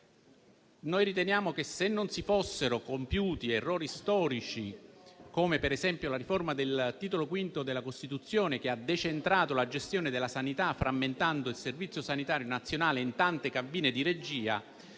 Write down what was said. Crediamo che, se non si fossero compiuti errori storici, come per esempio la riforma del Titolo V della Costituzione, che ha decentrato la gestione della sanità, frammentando il Servizio sanitario nazionale in tante cabine di regia,